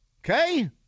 Okay